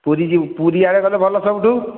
ପୁରୀ ଯିବୁ ପୁରୀ ଆଡ଼େ ଗଲେ ଭଲ ସବୁଠୁ